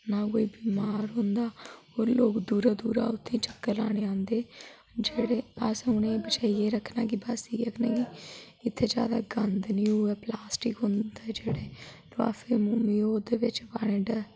ना कोई बिमार होंदा और लोग दूरा दूरा उत्थे चक्कर लाने गी आंदे जेहडे़ अस उंहेगी इयै आक्खने हा कि इत्थै ज्यादा गंद नेई होऐ प्लास्टिक होंदे जेहडे़ लिफाफे मोमी ओहदे बिच